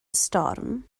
storm